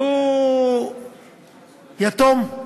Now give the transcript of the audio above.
והוא יתום.